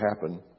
happen